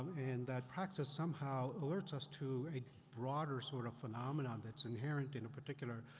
and that praxis somehow alerts us to a broader sort of phenomenon that's inherent in a particular, a,